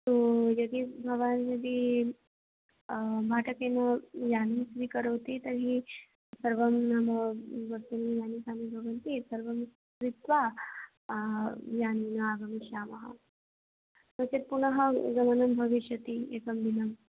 तो यदि भवान् यदि भाटकेन यानं स्वीकरोति तर्हि सर्वं नाम वस्तूनि यानि यानि भवन्ति तत्सर्वं क्रीत्वा यानेन आगमिष्यामः नो चेत् पुनः गमनं भविष्यति एकं दिनम्